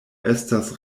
estas